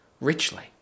Richly